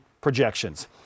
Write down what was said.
projections